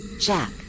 Jack